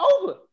over